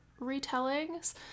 retellings